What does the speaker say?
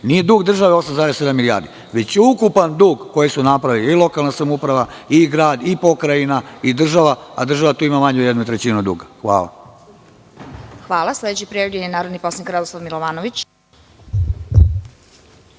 Nije dug države 8,7 milijardi, već je ukupan dug koji su napravile i lokalna samouprava i grad i pokrajina i država, a država tu ima manje od jedne trećine duga. Hvala. **Vesna Kovač** Hvala. Sledeći prijavljeni je narodni poslanik Radoslav Milovanović.